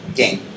game